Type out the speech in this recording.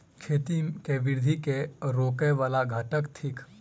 खेती केँ वृद्धि केँ रोकय वला घटक थिक?